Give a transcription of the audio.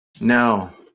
No